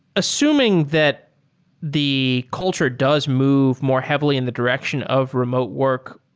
assuming that the culture does move more heavily in the direction of remote work,